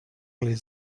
les